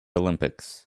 olympics